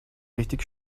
richtig